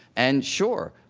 and, sure,